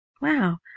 wow